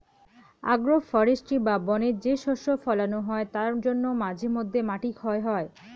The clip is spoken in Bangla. আগ্রো ফরেষ্ট্রী বা বনে যে শস্য ফোলানো হয় তার জন্যে মাঝে মধ্যে মাটি ক্ষয় হয়